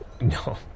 No